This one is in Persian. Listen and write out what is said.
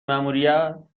ماموریت